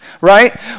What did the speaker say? right